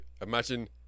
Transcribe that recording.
imagine